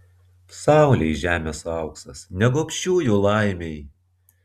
saulei žemės auksas ne gobšiųjų laimei